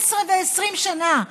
18 ו-20 שנה,